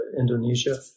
Indonesia